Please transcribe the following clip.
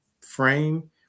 frame